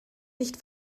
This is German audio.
nicht